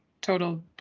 total